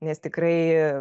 nes tikrai